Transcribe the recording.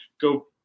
go